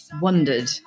wondered